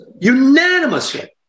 Unanimously